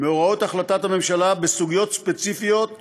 מהחלטת הממשלה בסוגיות ספציפיות בהסכמה,